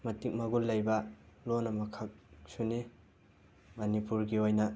ꯃꯇꯤꯛ ꯃꯒꯨꯜ ꯂꯩꯕ ꯂꯣꯟ ꯑꯃꯈꯛ ꯁꯨꯅꯤ ꯃꯅꯤꯄꯨꯔꯒꯤ ꯑꯣꯏꯅ